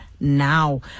now